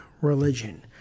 religion